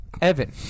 Evan